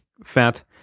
fat